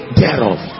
thereof